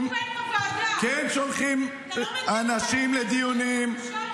עשית אצלי קמפיין בוועדה --- כן שולחים אנשים לדיונים.